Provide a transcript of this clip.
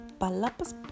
Palapas